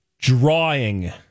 Drawing